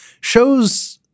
shows—